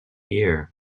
year